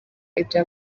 ibya